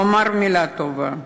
לומר מילה טובה,